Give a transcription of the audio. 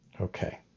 Okay